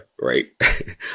right